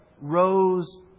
rose